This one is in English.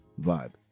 vibe